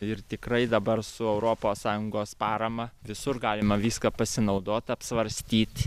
ir tikrai dabar su europos sąjungos parama visur galima viską pasinaudot apsvarstyt